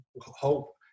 hope